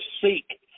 seek